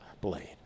blade